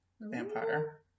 Vampire